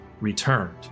returned